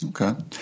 Okay